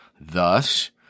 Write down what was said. Thus